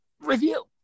review